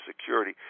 security